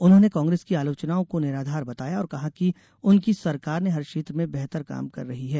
उन्होंने कांग्रेस की आलोचनाओं को निराधार बताया और कहा कि उनकी सरकार ने हर क्षेत्र में बेहतर काम कर रही है